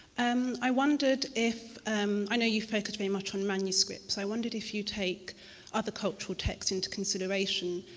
and i wondered if um i know you focus very much on manuscripts. i wondered if you take other cultural texts into consideration.